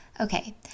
okay